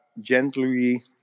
gently